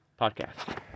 podcast